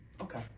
Okay